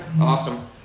awesome